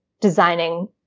designing